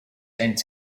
and